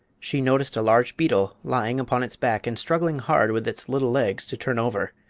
she noticed a large beetle lying upon its back and struggling hard with its little legs to turn over,